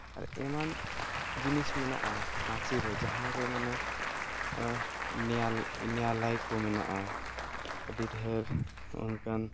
ᱟᱨ ᱮᱢᱟᱱ ᱡᱤᱱᱤᱥ ᱢᱮᱱᱟᱜᱼᱟ ᱨᱟᱸᱪᱤᱨᱮ ᱡᱟᱦᱟᱸ ᱨᱮ ᱢᱟᱱᱮ ᱱᱮᱭᱟᱞ ᱱᱮᱭᱟᱞᱟᱭ ᱠᱚ ᱢᱮᱱᱟᱜᱼᱟ ᱟᱹᱰᱤ ᱰᱷᱮᱨ ᱚᱱᱠᱟᱱ